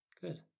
Good